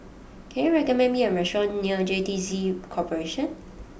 can you recommend me a restaurant near J T C Corporation